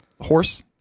horse